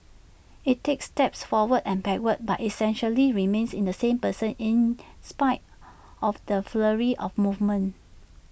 IT takes steps forward and backward but essentially remains in the same position in spite of the flurry of movements